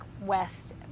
west